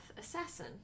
assassin